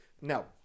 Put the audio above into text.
No